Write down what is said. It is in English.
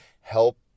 help